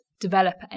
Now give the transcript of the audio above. developer